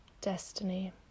Destiny